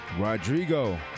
Rodrigo